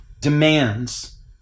demands